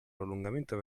prolungamento